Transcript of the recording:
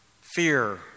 fear